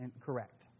correct